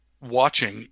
watching